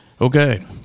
Okay